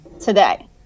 today